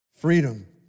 Freedom